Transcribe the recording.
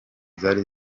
zari